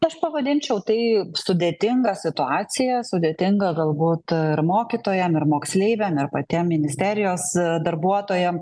aš pavadinčiau tai sudėtinga situacija sudėtinga galbūt ir mokytojam ir moksleiviam ir patiem ministerijos darbuotojam